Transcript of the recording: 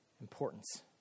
importance